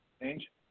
Change